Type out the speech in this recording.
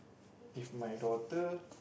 if my daughter